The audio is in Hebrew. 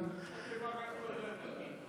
תברך את עיסאווי.